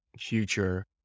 future